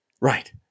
Right